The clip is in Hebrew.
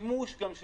כן.